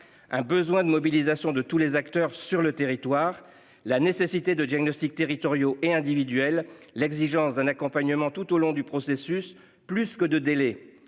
Un besoin de mobilisation de tous les acteurs sur le territoire, la nécessité de diagnostics territoriaux et individuelles, l'exigence d'un accompagnement tout au long du processus plus que de délai